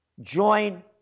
Join